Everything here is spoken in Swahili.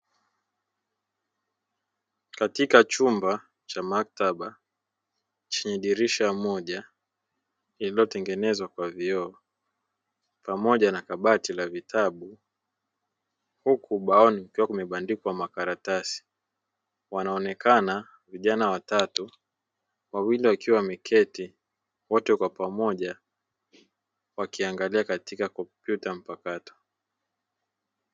Katika chumba cha maktaba iliyotengenezwa kwa viti pamoja na kabati la vitabu, bao likiwa limebandikwa makaratasi, wanaonekana vijana watatu, wawili wakiwa wameketi wote pamoja wakitumia kompyuta.